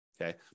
okay